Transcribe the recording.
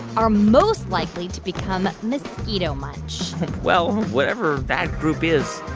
are most likely to become mosquito munch well, whatever that group is,